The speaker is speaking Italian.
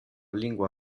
lingua